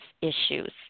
issues